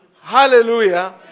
Hallelujah